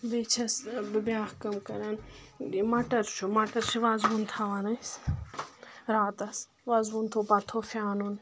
بیٚیہِ چَھس بہٕ بیٚاکھ کٲم کَران مَٹر چھُ مَٹر چھِ وَزوُن تھَاوان أسۍ راتَس وَزوُن تھُوٚو پتہٕ تھُوٚو فیانُن